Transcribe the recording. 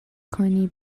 کنی